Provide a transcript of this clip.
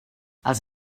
els